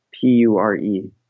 P-U-R-E